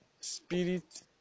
Spirit